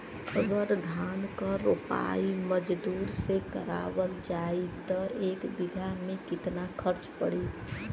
अगर धान क रोपाई मजदूर से करावल जाई त एक बिघा में कितना खर्च पड़ी?